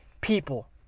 people